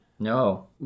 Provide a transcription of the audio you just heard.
No